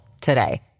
today